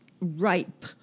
ripe